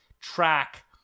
track